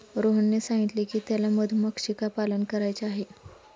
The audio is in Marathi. रोहनने सांगितले की त्याला मधुमक्षिका पालन करायचे आहे